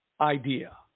idea